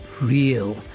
real